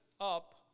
up